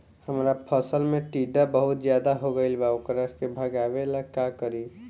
हमरा फसल में टिड्डा बहुत ज्यादा हो गइल बा वोकरा के भागावेला का करी?